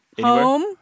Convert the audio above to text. Home